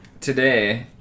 Today